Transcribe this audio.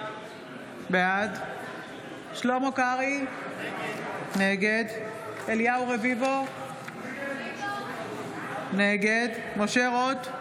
בעד שלמה קרעי, נגד אליהו רביבו, נגד משה רוט,